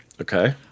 Okay